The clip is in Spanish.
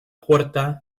puerta